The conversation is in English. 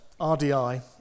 RDI